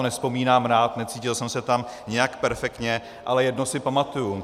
Nevzpomínám na to úplně rád, necítil jsem se tam nijak perfektně, ale jedno si pamatuju.